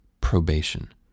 probation